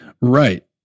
Right